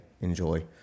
enjoy